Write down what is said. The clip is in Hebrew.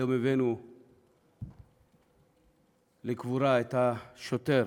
היום הבאנו לקבורה את השוטר